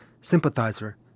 sympathizer